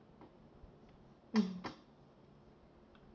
mm